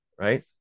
Right